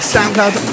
SoundCloud